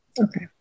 Okay